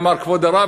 אמר: כבוד הרב,